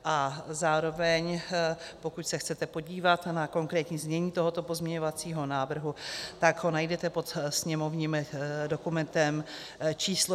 A zároveň, pokud se chcete podívat na konkrétní znění tohoto pozměňovacího návrhu, tak ho najdete pod sněmovním dokumentem číslo 3430.